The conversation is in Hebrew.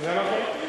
זה נכון.